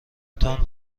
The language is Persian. تان